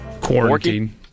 Quarantine